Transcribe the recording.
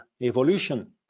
evolution